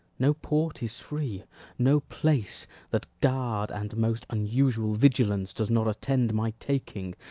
no port is free no place that guard and most unusual vigilance does not attend my taking.